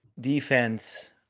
defense